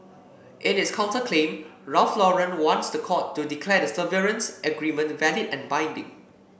in its counterclaim Ralph Lauren wants the court to declare the severance agreement valid and binding